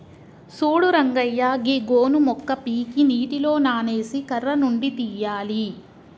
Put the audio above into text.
సూడు రంగయ్య గీ గోను మొక్క పీకి నీటిలో నానేసి కర్ర నుండి తీయాలి